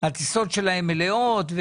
שלהם מלאות.